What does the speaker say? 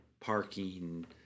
parking